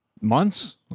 Months